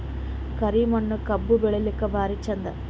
ಕರಿ ಮಣ್ಣು ಕಬ್ಬು ಬೆಳಿಲ್ಲಾಕ ಭಾರಿ ಚಂದ?